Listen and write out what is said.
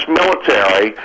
military